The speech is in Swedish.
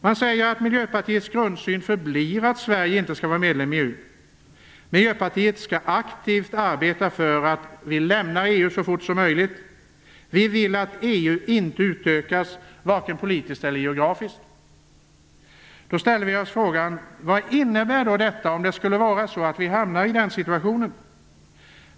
Man säger att Miljöpartiets grundsyfte förblir att Sverige inte skall vara medlem i EU, att Miljöpartiet aktivt skall arbeta för att vi skall lämna EU så fort som möjligt och att man inte vill att EU utökas vare sig politiskt eller geografiskt. Då ställer man sig frågan: Vad innebär då detta om vi skulle hamna i den situationen?